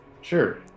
Sure